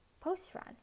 post-run